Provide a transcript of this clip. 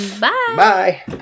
Bye